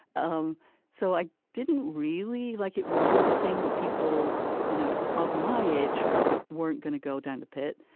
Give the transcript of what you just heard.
um so i didn't really like it wasn't a thing that people you know of my age weren't gonna go down the pit,